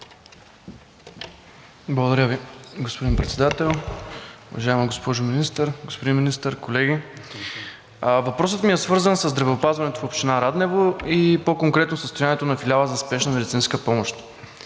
Благодаря Ви, господин Председател. Уважаема госпожо Министър, господин Министър, колеги! Въпросът ми е свързан със здравеопазването в община Раднево, и по-конкретно със състоянието на Филиала за спешна медицинска помощ.